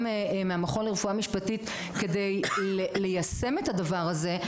מהמכון לרפואה משפטית כדי ליישם את הדבר הזה,